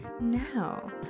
now